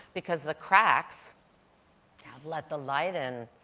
because the cracks have let the light in,